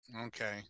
Okay